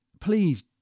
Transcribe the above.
please